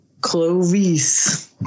Clovis